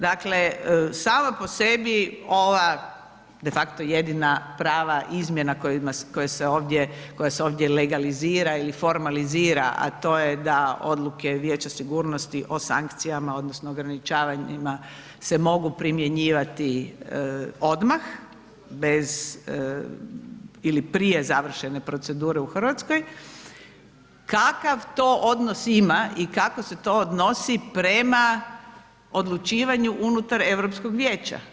Dakle, sama po sebi ova defakto jedina prava izmjena koja se ovdje legalizira ili formalizira, a to je da odluke Vijeća sigurnosti o sankcijama odnosno ograničavanjima se mogu primjenjivati odmah bez ili prije završene procedure u RH, kakav to odnos ima i kako se to odnosi prema odlučivanju unutar Europskog vijeća?